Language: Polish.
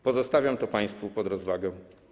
Pozostawiam to państwu pod rozwagę.